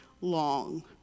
long